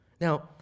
Now